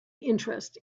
interest